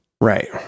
Right